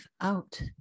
out